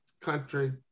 country